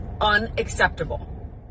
unacceptable